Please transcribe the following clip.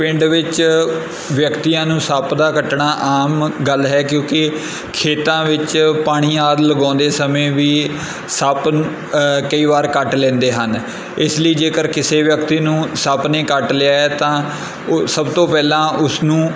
ਪਿੰਡ ਵਿੱਚ ਵਿਅਕਤੀਆਂ ਨੂੰ ਸੱਪ ਦਾ ਕੱਟਣਾ ਆਮ ਗੱਲ ਹੈ ਕਿਉਂਕਿ ਖੇਤਾਂ ਵਿੱਚ ਪਾਣੀ ਆਦਿ ਲਗਾਉਂਦੇ ਸਮੇਂ ਵੀ ਸੱਪ ਕਈ ਵਾਰ ਕੱਟ ਲੈਂਦੇ ਹਨ ਇਸ ਲਈ ਜੇਕਰ ਕਿਸੇ ਵਿਅਕਤੀ ਨੂੰ ਸੱਪ ਨੇ ਕੱਟ ਲਿਆ ਤਾਂ ਉਹ ਸਭ ਤੋਂ ਪਹਿਲਾਂ ਉਸਨੂੰ